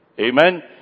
Amen